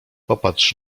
popatrz